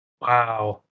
Wow